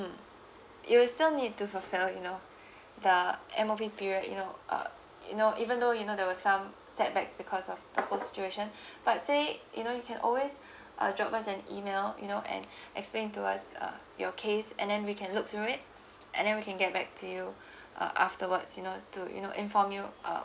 mm you will still need fulfill you know the M_O_P period you know uh you know even though you know there was some setbacks because of the whole situation but say you know you can always uh drop us an email you know and explain to us uh your case and then we can look through it and then we can get back to you uh afterwards you know to you know inform you uh